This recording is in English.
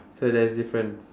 so there's difference